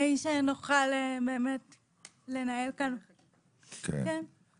שנוכל לנהל כאן --- כן.